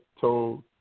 told